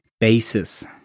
basis